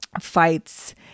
fights